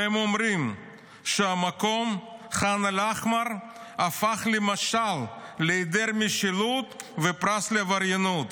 והם אומרים שהמקום ח'אן אל-אחמר הפך למשל להיעדר משילות ופרס לעבריינות.